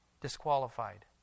disqualified